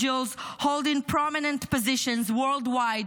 holding prominent positions worldwide,